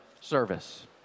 service